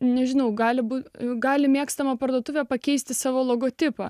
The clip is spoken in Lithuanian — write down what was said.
nežinau gali būti gali mėgstamą parduotuvę pakeisti savo logotipą